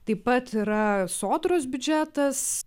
taip pat yra sodros biudžetas